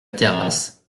terrasse